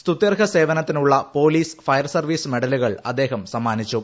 സ്തുത്യർഹ സേവന ത്തിനുള്ള police fire service മെഡലുകൾ അദ്ദേഹം സമ്മാനിച്ചു